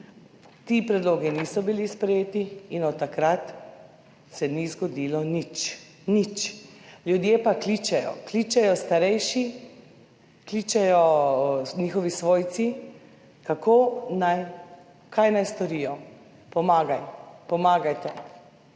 Ti predlogi niso bili sprejeti in od takrat se ni zgodilo nič. Nič. Ljudje pa kličejo, kličejo starejši, kličejo njihovi svojci, kaj naj storijo, naj pomagamo.